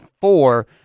four